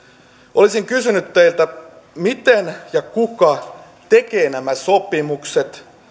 olisin kysynyt teiltä miten ja kuka tekee nämä sopimukset